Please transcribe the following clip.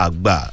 Agba